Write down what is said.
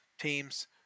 teams